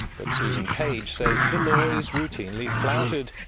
but susan page says the law is routinely flouted,